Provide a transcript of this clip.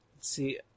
See